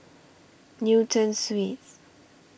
Newton Suites